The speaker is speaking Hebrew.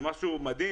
זה דבר מדהים,